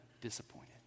disappointed